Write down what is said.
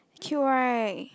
cute [right]